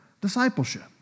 discipleship